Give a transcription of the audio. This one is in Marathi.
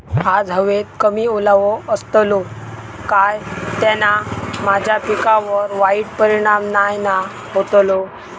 आज हवेत कमी ओलावो असतलो काय त्याना माझ्या पिकावर वाईट परिणाम नाय ना व्हतलो?